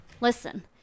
listen